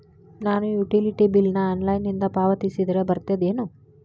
ನಾನು utility bill ನ ಆನ್ಲೈನಿಂದ ಪಾವತಿಸಿದ್ರ ಬರ್ತದೇನು?